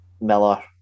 Miller